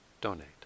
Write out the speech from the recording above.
donate